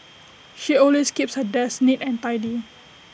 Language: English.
she always keeps her desk neat and tidy